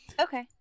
Okay